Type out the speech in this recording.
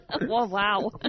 Wow